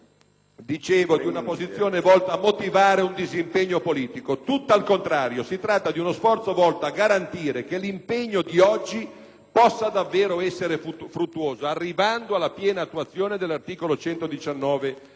tratta di una posizione volta a motivare il disimpegno politico, al contrario. Si tratta di uno sforzo volto a garantire che l'impegno di oggi possa davvero essere fruttuoso arrivando alla piena attuazione dell'articolo 119